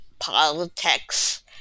Politics